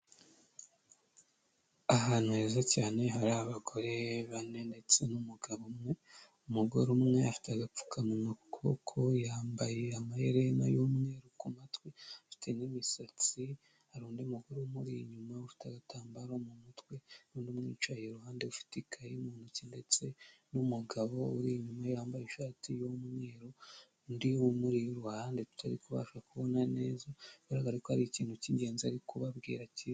Ahantu heza cyane hari abagore bane ndetse n'umugabo umwe, umugore umwe afite agapfukamunwa ku kukoboko yambaye amaherena y'umweru ku matwi afite n'imisatsi, hari undi mugore umuri inyuma ufite agatambaro mu mutwe n'undi umwicaye iruhande ufite ikayi mu ntoki ndetse n'umugabo uri inyuma yambaye ishati y'umweru, undi umuri iruhande tutari kubasha kubona neza bigaragara ko ari ikintu cy'ingenzi ari kubabwira cyiza.